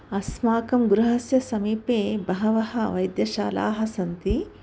अस्माकं गृहस्य समीपे बहवः वैद्यशालाः सन्ति